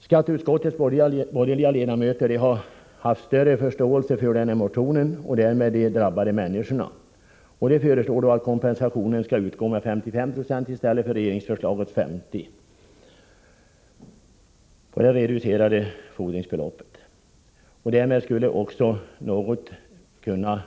Skatteutskottets borgerliga ledamöter har haft större förståelse för motionen och därmed de drabbade människorna. De föreslår att kompensationen skall utgå med 55 96 i stället för regeringsförslagets 50 90 på det reducerade fordringsbeloppet. Därmed skulle också något kunna